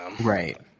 Right